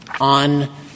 on